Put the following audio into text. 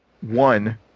one